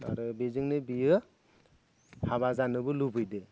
आरो बेजोंनो बियो हाबा जानोबो लुबैदो